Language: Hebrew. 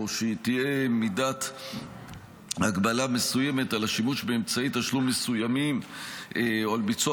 או שתהיה מידת הגבלה מסוימת על השימוש באמצעי תשלום מסוימים או על ביצוע